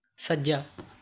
ਸੱਜਾ